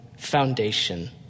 Foundation